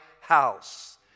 house